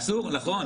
אסור, נכון.